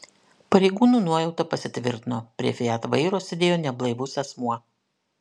pareigūnų nuojauta pasitvirtino prie fiat vairo sėdėjo neblaivus asmuo